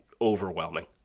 overwhelming